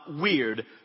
weird